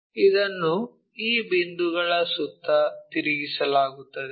ಇದನ್ನು ಈ ಬಿಂದುಗಳ ಸುತ್ತ ತಿರುಗಿಸಲಾಗುತ್ತದೆ